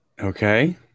okay